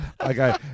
Okay